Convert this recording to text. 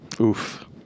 Oof